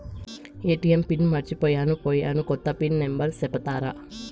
ATM pin మర్చిపోయాను పోయాను, కొత్త పిన్ నెంబర్ సెప్తారా?